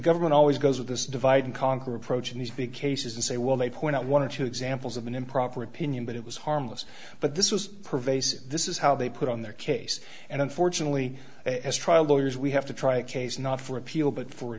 government always goes with this divide and conquer approach in these big cases and say well they point out one or two examples of an improper opinion but it was harmless but this was pervasive this is how they put on their case and unfortunately as trial lawyers we have to try cases not for appeal but for a